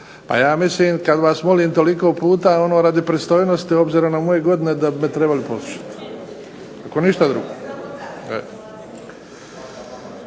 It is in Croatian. A ja mislim kad vas molim toliko puta ono radi pristojnosti obzirom na moje godine da bi me trebali poslušati. Ako ništa drugo.